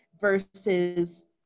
versus